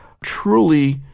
truly